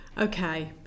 Okay